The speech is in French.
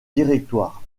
directoire